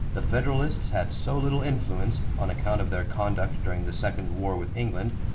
the federalists had so little influence, on account of their conduct during the second war with england,